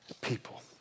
people